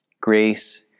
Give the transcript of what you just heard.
Grace